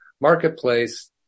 Marketplace